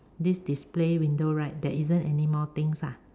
this display window right there isn't any more things lah